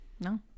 No